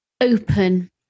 open